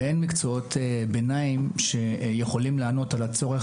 ואין מקצועות ביניים שיכולים לענות על הצורך